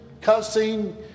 cussing